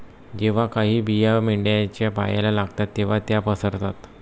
जेव्हा काही बिया मेंढ्यांच्या पायाला लागतात तेव्हा त्या पसरतात